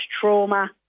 trauma